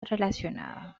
relacionada